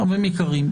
חברים יקרים,